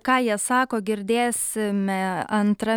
ką jie sako girdėsime antrą